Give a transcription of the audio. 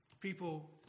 people